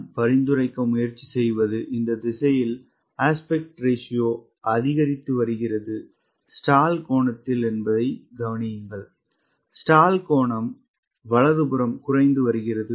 நான் பரிந்துரைக்க முயற்சி செய்வது இந்த திசையில் விகித விகிதம் அதிகரித்து வருகிறது ஸ்டால் கோணத்தில் என்பதை கவனியுங்கள் ஸ்டால் கோணம் வலதுபுறம் குறைந்து வருகிறது